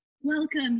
welcome